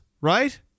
right